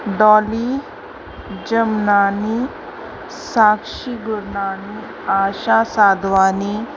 Dolly Jamnani Sakshi Gurnani Asha Sadhwani